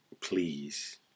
please